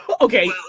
Okay